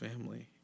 family